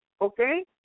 Okay